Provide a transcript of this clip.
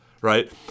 right